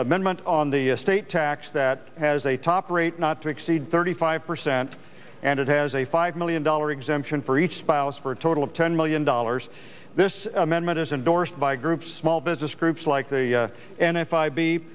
amendment on the state tax that has a top rate not to exceed thirty five percent and it has a five million dollar exemption for each spouse for a total of ten million dollars this amendment is endorsed by groups small business groups like the n f i b